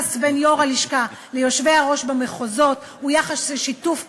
שהיחס בין יו"ר הלשכה ליושבי-ראש המחוזות הוא יחס של שיתוף פעולה,